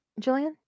Jillian